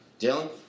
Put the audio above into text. Dylan